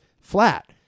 flat